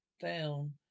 down